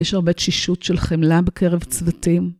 יש הרבה תשישות של חמלה בקרב צוותים.